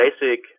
basic